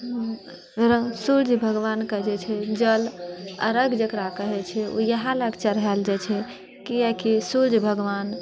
सूर्य भगवान कऽ जे छै जल अरघ जकरा कहै छै ओ इएह लए कऽ चढ़ाएल जाइ छै किएकि सूर्य भगवान